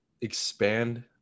expand